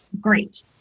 great